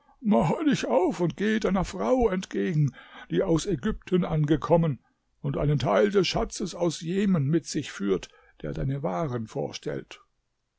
dich auf und gehe deiner frau entgegen die aus ägypten angekommen und einen teil des schatzes aus jemen mit sich führt der deine waren vorstellt